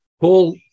Paul